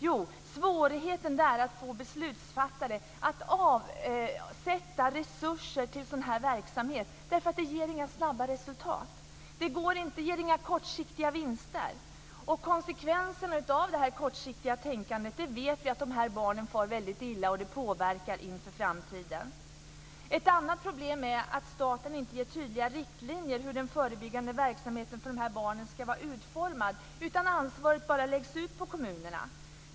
Jo, svårigheten är att få beslutsfattare att avsätta resurser till sådan här verksamhet därför att det inte ger några snabba resultat. Det ger inga kortsiktiga vinster. Konsekvenserna av det här kortsiktiga tänkandet vet vi är att de här barnen far väldigt illa och att det påverkar inför framtiden. Ett annat problem är att staten inte ger tydliga riktlinjer för hur den förebyggande verksamheten för de här barnen ska vara utformad. Ansvaret läggs ut på kommunerna.